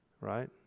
right